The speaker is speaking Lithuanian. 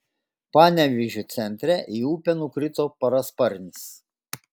panevėžio centre į upę nukrito parasparnis